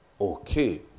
Okay